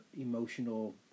emotional